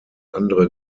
andere